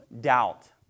doubt